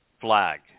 flag